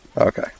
Okay